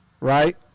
right